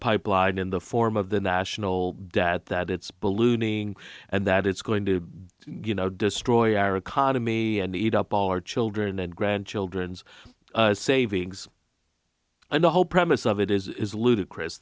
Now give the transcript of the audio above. pipeline in the form of the national debt that it's ballooning and that it's going to you know destroy our economy and eat up all our children and grandchildren's savings and the whole premise of it is ludicrous